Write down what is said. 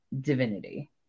Divinity